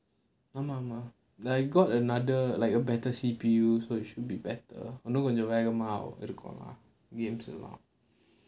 ஆமா ஆமா:aamaa aamaa I got another like a better C_P_U so it should be better I'm not இன்னும் கொஞ்சம் விவரமா இருக்கும்:innum konjam vivarama irukum lah games லாம்:laam